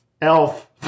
Elf